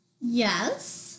Yes